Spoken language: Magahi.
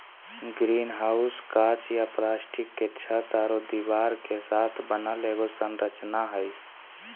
ग्रीनहाउस काँच या प्लास्टिक के छत आरो दीवार के साथ बनल एगो संरचना हइ